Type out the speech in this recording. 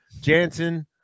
Jansen